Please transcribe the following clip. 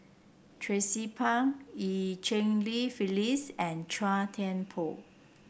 Tracie Pang Eu Cheng Li Phyllis and Chua Thian Poh